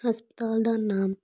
ਹਸਪਤਾਲ ਦਾ ਨਾਮ